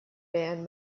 band